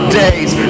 days